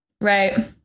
Right